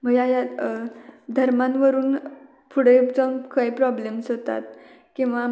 मग या या धर्मांवरून पुढे जाऊन खरं प्रॉब्लेम्स होतात किंवा